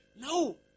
No